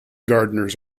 gardeners